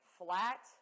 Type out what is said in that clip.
flat